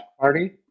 Party